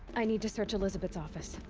i need to search elisabet's office.